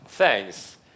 Thanks